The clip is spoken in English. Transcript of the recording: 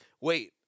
wait